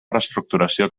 reestructuració